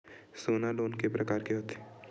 सोना लोन के प्रकार के होथे?